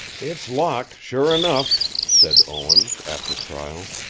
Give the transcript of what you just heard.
it's locked, sure enough, said owens, after trial.